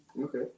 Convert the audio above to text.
Okay